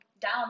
down